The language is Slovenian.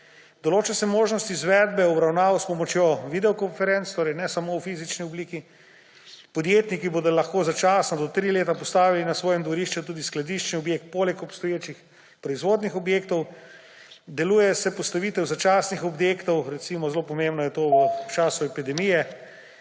Določa se možnost izvedbe obravnav s pomočjo videokonferenc, torej ne samo v fizični obliki. Podjetniki bodo lahko začasno do tri leta postavili na svojem dvorišču tudi skladiščni objekt poleg obstoječih proizvodnih objektov. Dovoljuje se postavitev začasnih objektov, recimo to je zelo pomembno v času epidemije.